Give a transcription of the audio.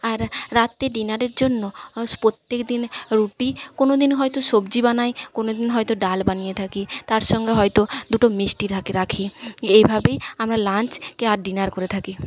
আর রাত্রে ডিনারের জন্য প্রত্যেক দিন রুটি কোনদিন হয়তো সবজি বানাই কোনদিন হয়তো ডাল বানিয়ে থাকি তার সঙ্গে হয়তো দুটো মিষ্টি থাকে রাখি এইভাবেই আমরা লাঞ্চ আর ডিনার করে থাকি